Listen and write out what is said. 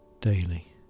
daily